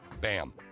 Bam